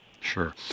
Sure